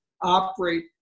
operate